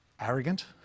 arrogant